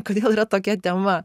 kodėl yra tokia tema